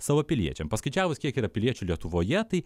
savo piliečiam paskaičiavus kiek yra piliečių lietuvoje tai